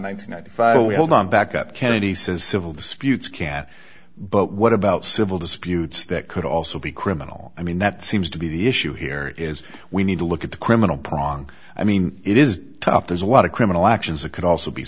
and five we hold on back up kennedy says civil disputes can but what about civil disputes that could also be criminal i mean that seems to be the issue here is we need to look at the criminal prong i mean it is tough there's a lot of criminal actions it could also be